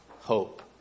hope